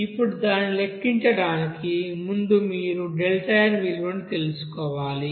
ఇప్పుడు దానిని లెక్కించడానికి ముందు మీరు n విలువను తెలుసుకోవాలి